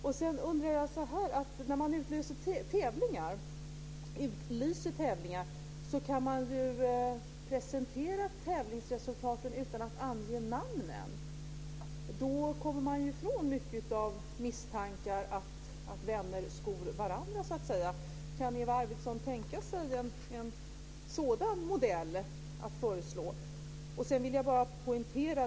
Sedan undrar jag så här: När man utlyser tävlingar kan man ju presentera tävlingsresultaten utan att ange namnen. Då kommer man ifrån mycket av misstankarna om att vänner skor varandra, så att säga. Kan Eva Arvidsson tänka sig att föreslå en sådan modell?